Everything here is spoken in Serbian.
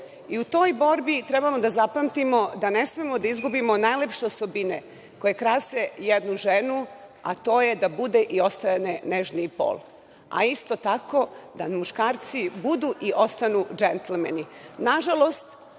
i u toj borbi trebamo da zapamtimo da ne smemo da izgubimo najlepše osobine koje krase jednu ženu, a to je da bude i ostane nežniji pol, a isto tako da muškarci budu i ostanu džentlmeni. Nažalost,